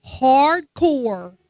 hardcore